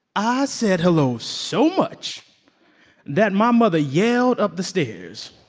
i said hello so much that my mother yelled up the stairs,